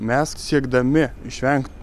mes siekdami išvengt